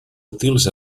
útils